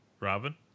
Robin